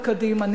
בקדימה,